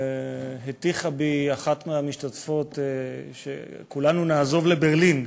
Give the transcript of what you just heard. הטיחה בי אחת המשתתפות שכולנו נעזוב לברלין.